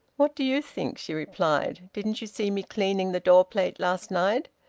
what do you think? she replied. didn't you see me cleaning the door-plate last night?